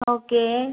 okay